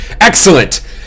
Excellent